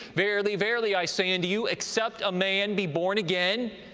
verily, verily, i say unto you, except a man be born again,